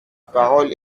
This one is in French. parole